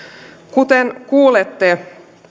kuten kuulette